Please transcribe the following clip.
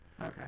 Okay